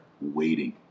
waiting